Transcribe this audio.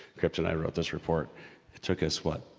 cryptonite wrote this report. it took us, what,